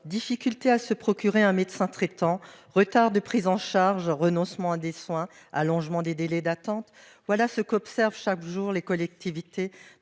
Difficultés pour trouver un médecin traitant, retards de prise en charge, renoncements à des soins, allongements des délais d'attente : voilà ce qu'observent chaque jour les collectivités